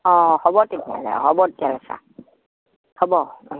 অঁ হ'ব তেতিয়াহ'লে হ'ব তেতিয়াহ'লে ছাৰ হ'ব অঁ